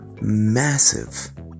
massive